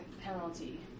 penalty